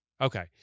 Okay